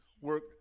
work